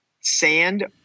sand